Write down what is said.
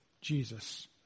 Jesus